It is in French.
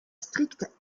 stricte